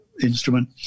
instrument